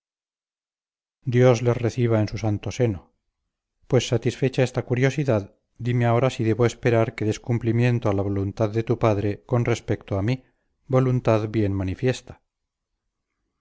dios les reciba en su santo seno pues satisfecha esta curiosidad dime ahora si debo esperar que des cumplimiento a la voluntad de tu padre con respecto a mí voluntad bien manifiesta